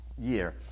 year